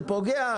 זה פוגע?